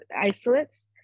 isolates